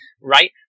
right